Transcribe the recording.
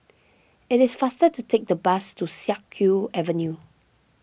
it is faster to take the bus to Siak Kew Avenue